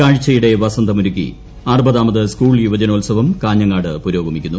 കാഴ്ചയുടെ വസന്തമൊരുക്കി അറുപതാമത് സ്കൂൾ യുവജനോത്സവം കാഞ്ഞങ്ങാട് പുരോഗമിക്കുന്നു